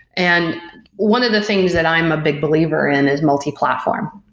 and one of the things that i'm a big believer in is multiplatform.